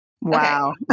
Wow